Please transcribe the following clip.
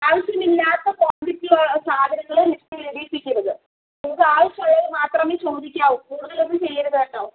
ആവശ്യമില്ലാത്ത ക്വാണ്ടിറ്റിയുള്ള സാധനങ്ങൾ ലിസ്റ്റ് എഴുതിപ്പിക്കരുത് നിങ്ങൾക്ക് ആവശ്യമുള്ളത് മാത്രമേ ചോദിക്കാവു കൂടുതലൊന്നും ചെയ്യരുത് കേട്ടോ